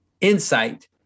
insight